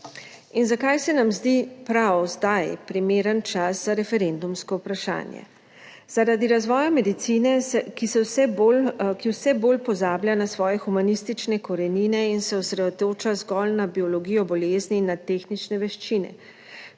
In zakaj se nam zdi prav zdaj primeren čas za referendumsko vprašanje? Zaradi razvoja medicine, ki vse bolj pozablja na svoje humanistične korenine in se osredotoča zgolj na biologijo bolezni, na tehnične veščine.